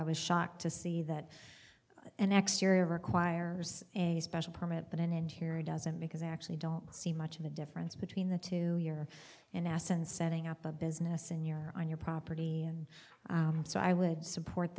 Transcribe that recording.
is shocked to see that and next year requires a special permit but an interior doesn't because i actually don't see much of a difference between the two here in essence setting up a business and you're on your property and so i would support